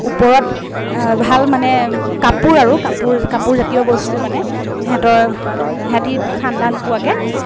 ওপৰত ভাল মানে কাপোৰ আৰু কাপোৰ কাপোৰজাতীয় বস্তু মানে সিহঁতৰ সিহঁতি ঠাণ্ডা নোপোৱাকৈ